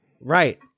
right